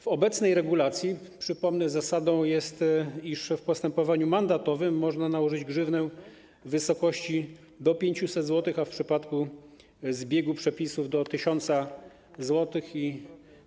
W obecnej regulacji, przypomnę, zasadą jest, iż w postępowaniu mandatowym można nałożyć grzywnę w wysokości do 500 zł, a w przypadku zbiegu przepisów - do 1 tys. zł.